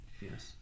Yes